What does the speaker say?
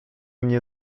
mnie